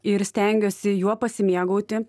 ir stengiuosi juo pasimėgauti